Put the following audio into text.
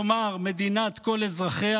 כלומר מדינת כל אזרחיה,